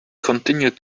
continued